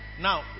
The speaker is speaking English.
Now